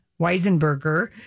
Weisenberger